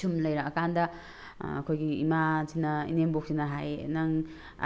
ꯁꯨꯝ ꯂꯩꯔꯛꯑꯀꯥꯟꯗ ꯑꯩꯈꯣꯏꯒꯤ ꯏꯃꯥ ꯑꯁꯤꯅ ꯏꯅꯦꯝꯕꯣꯛꯁꯤꯅ ꯍꯥꯏꯌꯦ ꯅꯪ